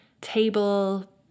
table